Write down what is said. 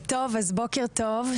בוקר טוב,